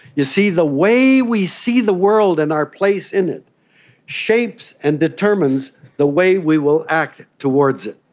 you see, the way we see the world and our place in it shapes and determines the way we will act towards it.